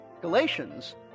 Galatians